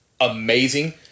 amazing